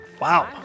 Wow